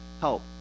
help